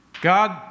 God